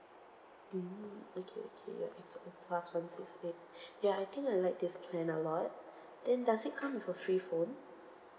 mm okay okay your X_O plus one six eight ya I think I like this plan a lot then does it come with a free phone